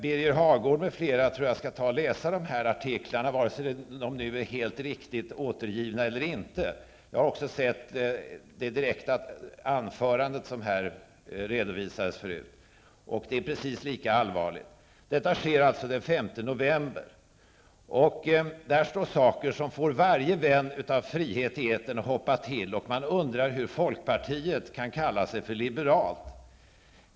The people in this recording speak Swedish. Birger Hagård m.fl. tycker jag skall läsa dessa artiklar, vare sig uttalandena är helt riktigt återgivna eller inte. Jag har också sett anförandet som redovisades här förut, och det är precis lika allvarligt. Detta sker således den 5 november. Det sades saker som får varje vän av frihet i etern att hoppa till. Man undrar hur folkpartiet kan kalla sig liberalt.